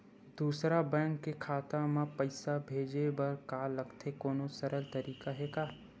दूसरा बैंक के खाता मा पईसा भेजे बर का लगथे कोनो सरल तरीका हे का?